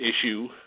issue